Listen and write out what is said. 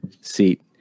seat